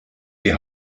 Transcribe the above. die